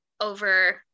over